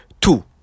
two